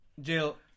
Jill